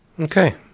Okay